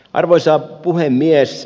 arvoisa puhemies